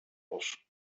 los